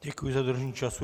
Děkuji za dodržení času.